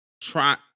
Try